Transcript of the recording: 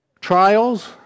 trials